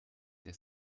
der